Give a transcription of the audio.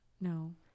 No